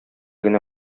генә